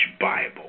Bible